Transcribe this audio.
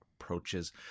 approaches